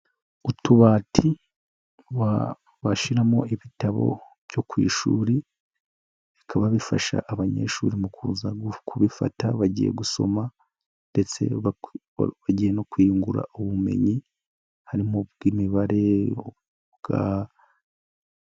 Utubati bashiramo ibitabo byo ku ishuri, bikaba bifasha abanyeshuri mu kuza kubifata bagiye gusoma ndetse bagiye no kwiyungura ubumenyi harimo bw'imibare, ubwa.